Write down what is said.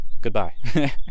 Goodbye